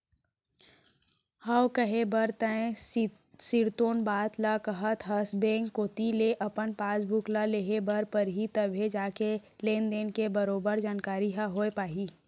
हव कहे बर तैं सिरतोन बात ल काहत हस बेंक कोती ले अपन पासबुक ल लेहे बर परही तभे जाके लेन देन के बरोबर जानकारी ह होय पाही